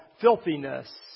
filthiness